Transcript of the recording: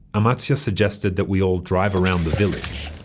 amatzia suggested that we all drive around the village